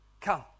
come